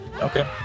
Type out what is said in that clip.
Okay